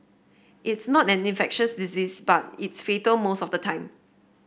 it's not an infectious disease but it's fatal most of the time